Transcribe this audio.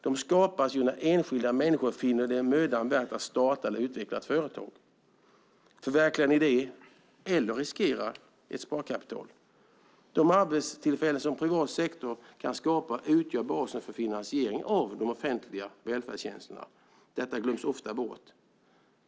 De skapas när enskilda människor finner det mödan värt att starta eller utveckla ett företag, förverkliga en idé eller riskera ett sparkapital. De arbetstillfällen som privat sektor kan skapa utgör basen för finansiering av de offentliga välfärdstjänsterna. Detta glöms ofta bort.